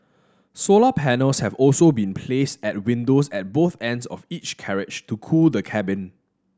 solar panels have also been placed at windows at both ends of each carriage to cool the cabin